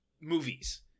movies